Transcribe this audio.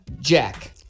Jack